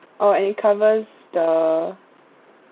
oh and it covers the